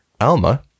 Alma